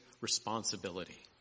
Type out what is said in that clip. responsibility